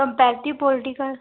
ਕੰਪੈਲਟੀ political